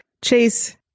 Chase